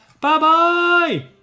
Bye-bye